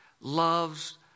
loves